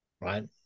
right